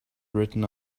written